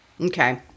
Okay